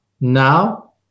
now